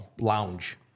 lounge